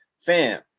Fam